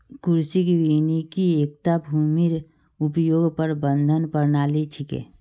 कृषि वानिकी एकता भूमिर उपयोग प्रबंधन प्रणाली छिके